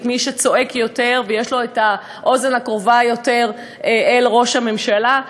את מי שצועק יותר ויש לו אוזן קרובה יותר אל ראש הממשלה,